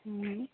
ହୁଁ